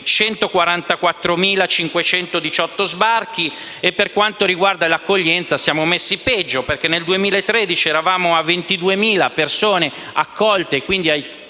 144.518 sbarchi. Per quanto riguarda l'accoglienza siamo messi peggio, perché nel 2013 eravamo a 22.000 persone accolte - e quindi aiutate